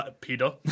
Peter